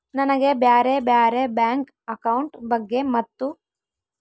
ನನಗೆ ಬ್ಯಾರೆ ಬ್ಯಾರೆ ಬ್ಯಾಂಕ್ ಅಕೌಂಟ್ ಬಗ್ಗೆ ಮತ್ತು?